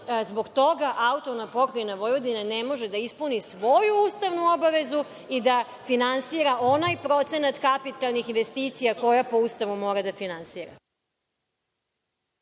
zbog toga AP Vojvodina ne može da ispuni svoju ustavnu obavezu i da finansira onaj procenat kapitalnih investicija koje po Ustavu mora da finansira.